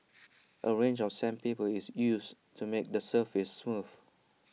A range of sandpaper is used to make the surface smooth